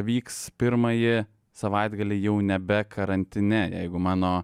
vyks pirmąjį savaitgalį jau nebe karantine jeigu mano